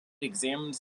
examines